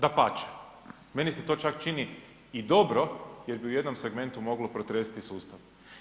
Dapače, meni se to čak čini i dobro jer bi u jednom segmentu moglo protresti i sustav.